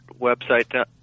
website